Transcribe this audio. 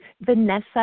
Vanessa